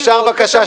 אפשר בבקשה,